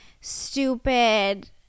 stupid